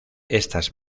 estas